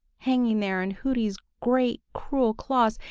hanging there in hooty's great cruel claws,